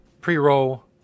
pre-roll